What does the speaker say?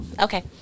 Okay